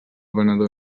venedor